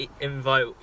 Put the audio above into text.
invite